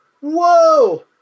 whoa